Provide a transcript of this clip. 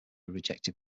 rejected